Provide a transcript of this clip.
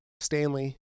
Stanley